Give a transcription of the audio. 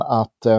att